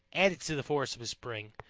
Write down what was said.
added to the force of his spring,